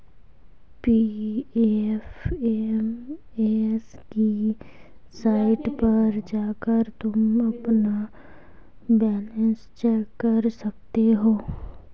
PFMS की site पर जाकर तुम अपना बैलन्स चेक कर सकते हो